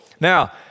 Now